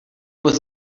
was